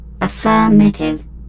Affirmative